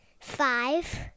Five